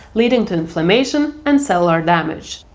leading to inflammation and cellular damage.